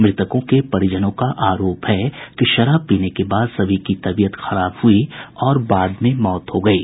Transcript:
मृतकों के परिजनों का आरोप है कि शराब पीने के बाद सभी की तबीयत खराब हुई और बाद में मौत हो गयी